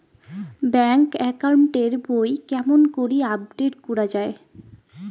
Bank account এর বই কেমন করি আপডেট করা য়ায়?